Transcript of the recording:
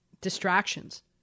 distractions